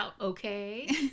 okay